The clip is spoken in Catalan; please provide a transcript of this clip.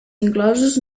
inclosos